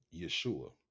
Yeshua